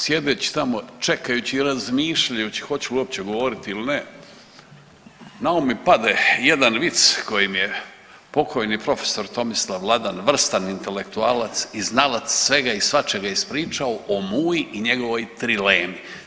Sjedeći tamo i čekajući i razmišljajući hoću li uopće govoriti ili ne na um mi pade jedan vic koji mi je pokojni prof. Tomislav Vladan, vrstan intelektualac i znalac svega i svačega ispričao o Muji i njegovoj trilemi.